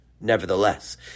Nevertheless